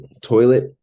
toilet